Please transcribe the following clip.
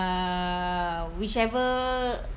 uh whichever